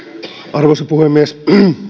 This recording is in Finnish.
arvoisa puhemies